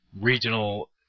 regional